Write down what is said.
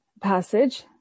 passage